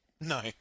No